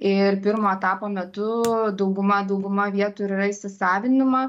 ir pirmo etapo metu dauguma dauguma vietų ir yra įsisavinima